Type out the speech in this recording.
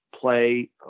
play